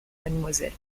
mademoiselle